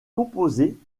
composée